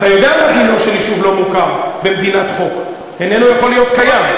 אתה יודע מה דינו של יישוב לא מוכר במדינת חוק: איננו יכול להיות קיים.